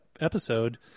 episode